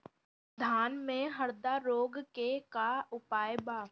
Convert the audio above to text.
धान में हरदा रोग के का उपाय बा?